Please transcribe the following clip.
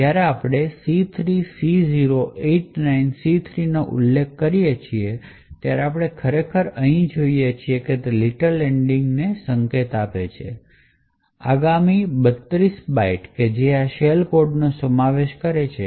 જ્યારે આપણે C3C089C3 નો ઉલ્લેખ કરીએ છીએ ત્યારે આપણે ખરેખર અહીં જોઈએ છીએ તે Little Endian સંકેત છે આગામી 32 બાઇટ્સ જે આ શેલ કોડનો સમાવેશ કરશે